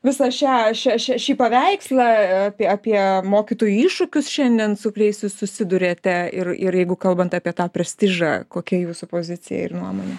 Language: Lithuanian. visą šią šį paveikslą apie mokytojų iššūkius šiandien su kuriais susiduriate ir ir jeigu kalbant apie tą prestižą kokia jūsų pozicija ir nuomonė